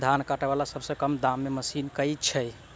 धान काटा वला सबसँ कम दाम केँ मशीन केँ छैय?